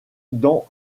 dans